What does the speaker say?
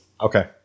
Okay